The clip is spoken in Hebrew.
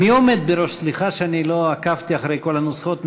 סליחה שלא עקבתי אחרי כל הנוסחאות.